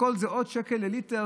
הכול זה עוד שקל לליטר.